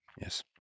Yes